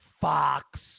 fox